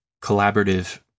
collaborative